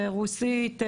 רוסית,